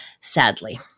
sadly